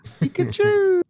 Pikachu